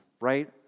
right